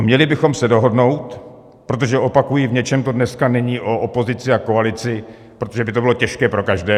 Měli bychom se dohodnout, protože, opakuji, v něčem to dneska není o opozici a koalici, protože by to bylo těžké pro každého.